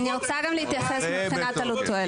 אני רוצה גם להתייחס מבחינת עלות תועלת.